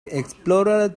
explorer